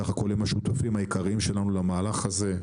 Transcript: בסך הכול הם השותפים העיקריים שלנו למהלך הזה.